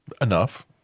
Enough